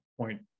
point